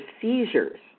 seizures